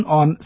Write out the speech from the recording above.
on